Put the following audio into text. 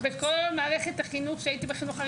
בכל מערכת החינוך שהייתי בחינוך הרגיל,